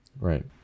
right